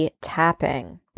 tapping